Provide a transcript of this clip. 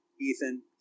Ethan